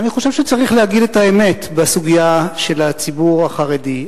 אני חושב שצריך להגיד את האמת בסוגיה של הציבור החרדי.